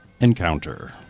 Encounter